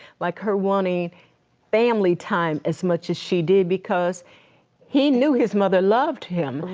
like her wanting family time as much as she did because he knew his mother loved him.